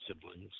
siblings